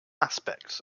aspects